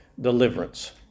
deliverance